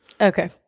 Okay